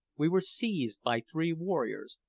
we were seized by three warriors,